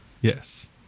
Yes